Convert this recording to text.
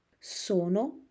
Sono